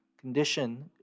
Condition